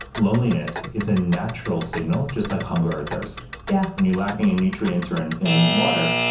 loneliness is a natural signal, just like hunger or thirst yeah when you're lacking in nutrients or in in water,